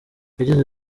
yagize